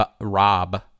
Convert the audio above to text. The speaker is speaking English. Rob